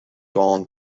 dawn